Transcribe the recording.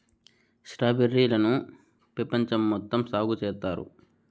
strawberry లను పెపంచం మొత్తం సాగు చేత్తారు